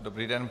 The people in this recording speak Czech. Dobrý den.